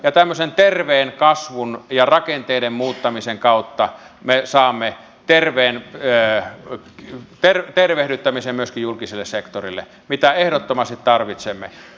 tämmöisen terveen kasvun ja rakenteiden muuttamisen kautta me saamme tervehdyttämisen myöskin julkiselle sektorille mitä ehdottomasti tarvitsemme